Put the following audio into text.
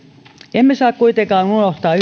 emme saa kuitenkaan unohtaa